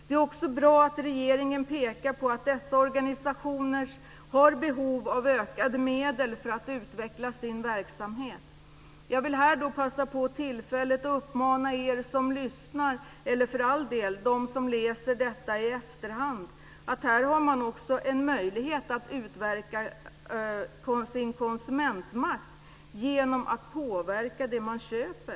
Det är också bra att regeringen pekar på att dessa organisationer har behov av ökade medel för att utveckla sin verksamhet. Jag vill passa på tillfället att påpeka för er som lyssnar och för all del också för er som läser detta i efterhand att ni har möjlighet att utöva er konsumentmakt genom påverkan vid inköp.